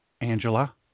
Angela